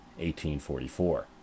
1844